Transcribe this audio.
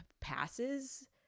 passes